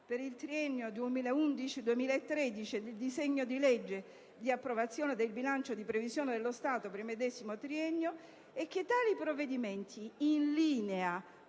per il triennio 2011‑2013 e il disegno di legge di approvazione del bilancio di previsione dello Stato per il medesimo triennio e che tali provvedimenti, in linea